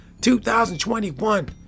2021